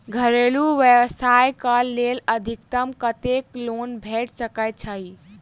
घरेलू व्यवसाय कऽ लेल अधिकतम कत्तेक लोन भेट सकय छई?